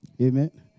Amen